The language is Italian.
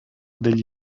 degli